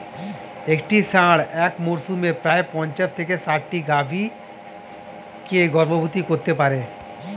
একটি ষাঁড় এক মরসুমে প্রায় পঞ্চাশ থেকে ষাটটি গাভী কে গর্ভবতী করতে পারে